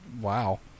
Wow